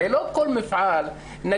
הרי לא כל מפעל מותאם לנשים.